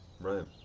right